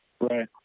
Right